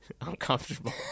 uncomfortable